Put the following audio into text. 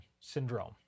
syndrome